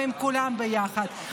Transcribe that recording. ועם כולם ביחד.